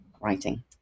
writing